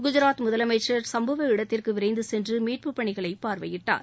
குஜராத் முதலமைச்சர் சும்பவ இடத்திற்கு விரைந்து சென்று மீட்புப் பணிகளை பார்வையிட்டார்